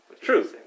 true